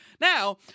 Now